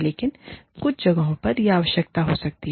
लेकिन कुछ जगहों पर यह आवश्यकता हो सकती है